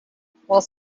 while